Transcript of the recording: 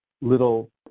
little